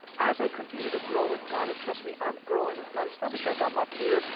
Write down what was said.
as i continue to grow with god, and trust me i'm growing with god, it's not because i'm up here,